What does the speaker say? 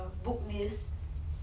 oh like part time lah 就是 like